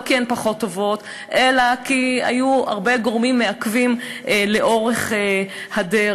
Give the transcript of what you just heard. לא כי הן פחות טובות אלא כי היו הרבה גורמים מעכבים לאורך הדרך.